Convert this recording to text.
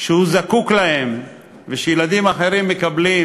שהוא זקוק להם ושילדים אחרים מקבלים,